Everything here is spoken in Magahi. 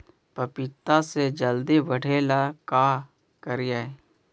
पपिता के जल्दी बढ़े ल का करिअई?